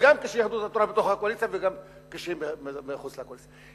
וגם כשיהדות התורה בתוך הקואליציה וגם כשהיא מחוץ לקואליציה.